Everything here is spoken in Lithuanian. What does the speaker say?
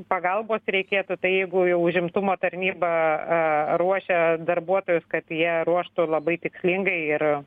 pagalbos reikėtų tai jeigu jau užimtumo tarnyba ruošia darbuotojus kad jie ruoštų labai tikslingai ir